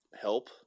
help